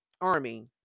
Army